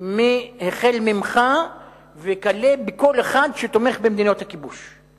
החל בך וכלה בכל אחד שתומך במדיניות הכיבוש.